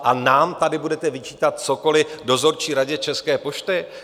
A nám tady budete vyčítat cokoliv v Dozorčí radě České pošty?